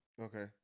Okay